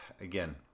again